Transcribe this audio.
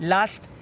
Last